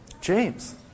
James